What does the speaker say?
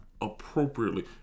appropriately